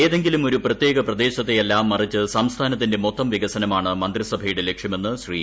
ഏതെങ്കിലും ഒരു പ്രത്യേക പ്രദേശത്തെയല്ല മറിച്ച് സംസ്ഥാനത്തിന്റെ മൊത്തം വികസമാണ് മന്ത്രിസഭയുടെ ലക്ഷ്യമെന്ന് ശ്രീ